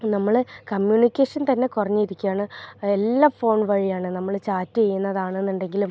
നമ്മൾ കമ്മ്യൂണിക്കേഷൻ തന്നെ കുറഞ്ഞിരിക്കുകയാണ് എല്ലാം ഫോൺ വഴിയാണ് നമ്മൾ ചാറ്റ് ചെയ്യുന്നുണ്ടെങ്കിലും